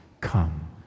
Come